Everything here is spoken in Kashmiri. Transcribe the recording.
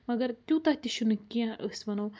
مگر تیوٗتاہ تہِ چھُنہٕ کیٚنٛہہ أسۍ وَنو